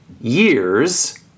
years